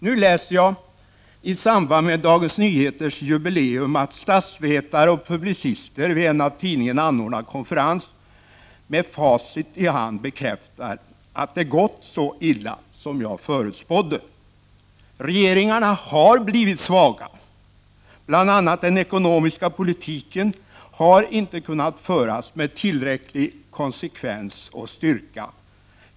Nu läser jag i samband med Dagens Nyheters jubileum att statsvetare och publicister vid en av tidningen anordnad konferens med facit i hand bekräftar att det gått så illa som jag förutspådde. Regeringarna har blivit svaga. Bl.a. den ekonomiska politiken har inte kunnat föras med tillräcklig konsekvens och styrka.